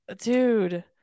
Dude